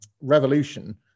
Revolution